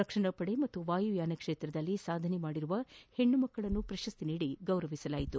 ರಕ್ಷಣಾ ಪಡೆ ಪಾಗೂ ವಾಯುಯಾನ ಕ್ಷೇತ್ರದಲ್ಲಿ ಸಾಧನೆ ಮಾಡಿದ ಹೆಣ್ಣು ಮಕ್ಕಳನ್ನು ಪ್ರಶಸ್ತಿ ನೀಡಿ ಗೌರವಿಸಲಾಯಿತು